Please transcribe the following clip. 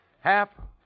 Hap